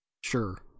sure